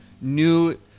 new